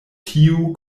tiu